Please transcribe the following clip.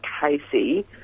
Casey